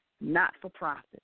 not-for-profit